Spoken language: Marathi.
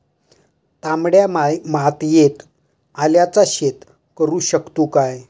तामड्या मातयेत आल्याचा शेत करु शकतू काय?